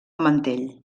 mantell